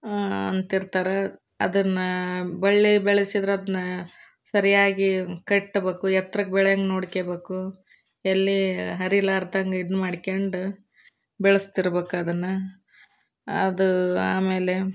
ಅಂತಿರ್ತಾರೆ ಅದನ್ನು ಬಳ್ಳಿ ಬೆಳೆಸಿದ್ರದನ್ನ ಸರಿಯಾಗಿ ಕಟ್ಟಬೇಕು ಎತ್ರಕ್ಕೆ ಬೆಳೆಯಂಗೆ ನೋಡ್ಕೋಬೇಕು ಎಲ್ಲಿ ಹರಿಲಾರ್ದಂಗೆ ಇದು ಮಾಡ್ಕೊಂಡು ಬೆಳೆಸ್ತಿರ್ಬೇಕದನ್ನು ಅದು ಆಮೇಲೆ